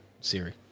Siri